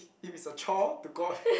if it's a chore to go out